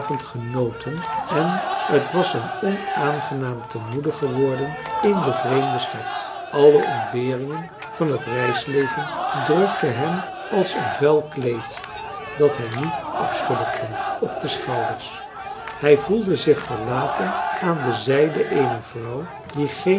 genoten en het was hem onaangenaam te moede geworden in de vreemde stad alle ontberingen van het reisleven drukten hem als een vuil kleed dat hij niet afschudden kon op marcellus emants een drietal novellen de schouders hij voelde zich verlaten aan de zijde eener vrouw die geen